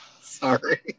sorry